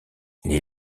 les